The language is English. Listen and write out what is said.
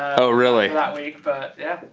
oh really? that week, but yeah.